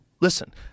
Listen